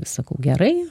sakau gerai